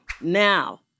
Now